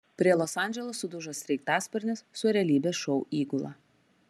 prie los andželo sudužo sraigtasparnis su realybės šou įgula